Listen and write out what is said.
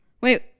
Wait